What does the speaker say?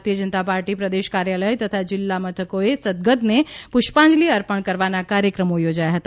ભારતીય જનતા પાર્ટી પ્રદેશ કાર્યાલય તથા જિલ્લા મથકોએ સદગતને પુષ્પાંજલિ અર્પણ કરવાના કાર્યક્રમો યોજાયા હતા